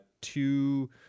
Two